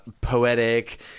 poetic